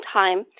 time